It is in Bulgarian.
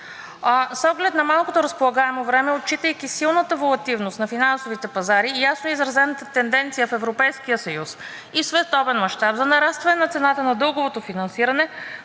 С оглед на малкото разполагаемо време, отчитайки силната волатилност на финансовите пазари и ясно изразената тенденция в Европейския съюз и в световен мащаб за нарастване на цената на дълговото финансиране,